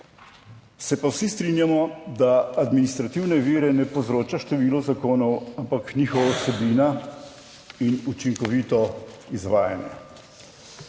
se pa vsi strinjamo, da administrativne ovire ne povzroča število zakonov, ampak njihova vsebina in učinkovito izvajanje.